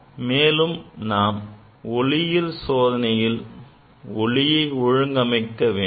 மேலும் நாம் ஒளியியல் சோதனையில் ஒளியை ஒழுங்கமைக்க வேண்டும்